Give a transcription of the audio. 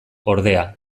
ordea